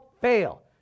fail